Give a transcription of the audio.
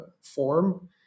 form